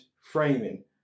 framing